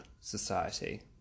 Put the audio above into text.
society